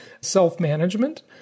self-management